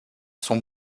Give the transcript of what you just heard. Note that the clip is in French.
sont